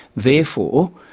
therefore,